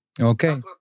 Okay